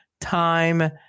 time